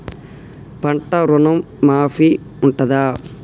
పంట ఋణం మాఫీ ఉంటదా?